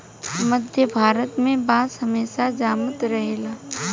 मध्य भारत में बांस हमेशा जामत रहेला